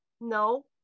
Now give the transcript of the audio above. No